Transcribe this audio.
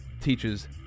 teaches